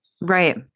Right